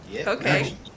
Okay